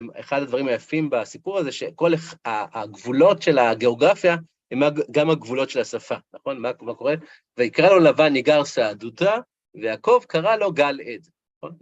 אחד הדברים היפים בסיפור הזה, שכל הגבולות של הגיאוגרפיה, הם גם הגבולות של השפה, נכון? מה קורה? ויקרא לו לבן יגר סהדותא, ויעקב קרא לו גל עד.